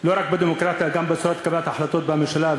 לא רק בדמוקרטיה אלא גם בצורת קבלת ההחלטות בממשלה,